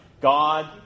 God